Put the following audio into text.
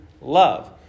love